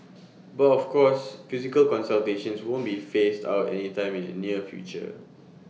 but of course physical consultations won't be phased out anytime in the near future